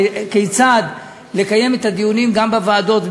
כיצד לקיים את הדיונים גם בוועדות,